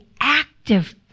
active